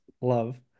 love